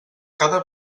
cada